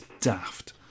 daft